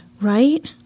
right